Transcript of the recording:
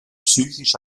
psychisch